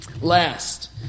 Last